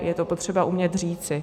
Je to potřeba umět říci.